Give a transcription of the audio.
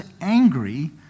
angry